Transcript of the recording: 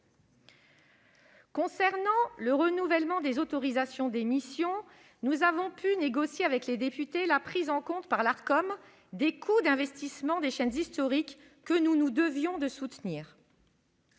Concernant le renouvellement des autorisations d'émission, nous avons pu négocier avec les députés la prise en compte par l'Arcom des coûts d'investissement des chaînes historiques, que nous nous devions de soutenir.